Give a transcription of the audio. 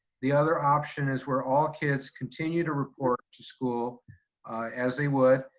the other option is where all kids continue to report to school as they would,